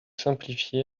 simplifiez